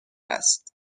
است